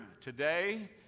today